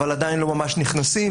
אבל עדיין לא ממש נכנסים,